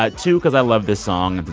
ah two, because i love this song.